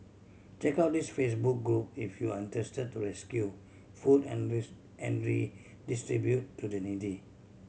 check out this Facebook group if you are interested to rescue food and and redistribute to the needy